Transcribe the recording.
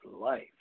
life